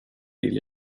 vill